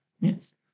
Yes